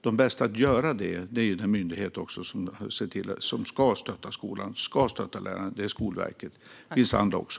De som gör detta bäst är den myndighet som ska stötta skolan och lärarna, nämligen Skolverket. Det finns andra också.